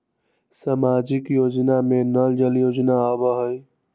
सामाजिक योजना में नल जल योजना आवहई?